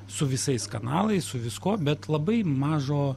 su visais kanalais su viskuo bet labai mažo